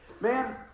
Man